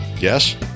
Yes